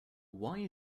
why